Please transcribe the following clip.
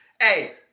hey